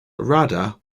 radha